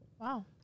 Wow